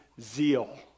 zeal